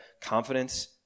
confidence